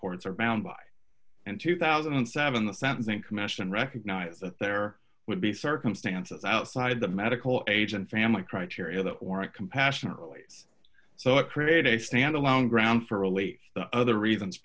courts are bound by in two thousand and seven the sentencing commission recognized that there would be circumstances outside the medical age and family criteria that warrant compassionate release so it created a stand alone ground for relates to other reasons